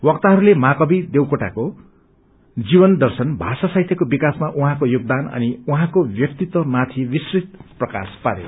वक्ताहरूले महाकवि देवकोटाके जीवन दर्शन भाषा साहित्यको विकासमा उहाँको योगदान अनि उहाँको व्यक्तित्वमाथि विस्तृत प्रकाश पारे